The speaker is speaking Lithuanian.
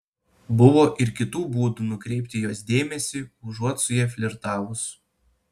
buvo ir kitų būdų nukreipti jos dėmesį užuot su ja flirtavus